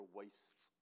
wastes